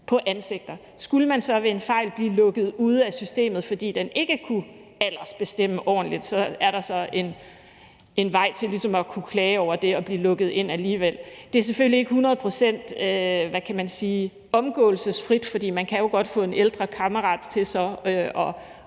på ansigter. Skulle man så ved en fejl blive lukket ude af systemet, fordi det ikke kunne aldersbestemme ordentligt, er der en vej til ligesom at kunne klage over det og blive lukket ind alligevel. Det er selvfølgelig ikke hundrede procent omgåelsesfrit, for man kan jo godt få en ældre kammerat til at